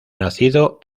nacido